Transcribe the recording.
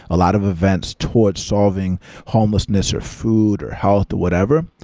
a lot of events towards solving homelessness, or food, or health, or whatever.